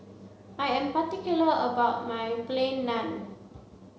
I am particular about my plain Naan